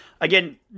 Again